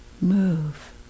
move